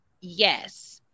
yes